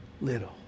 little